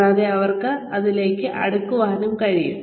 കൂടാതെ അവർക്ക് അതിലേക്കു അടുക്കാനും കഴിയും